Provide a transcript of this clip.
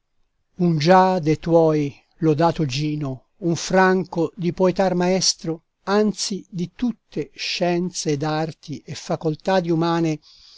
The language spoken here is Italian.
un già de tuoi lodato gino un franco di poetar maestro anzi di tutte scienze ed arti e facoltadi umane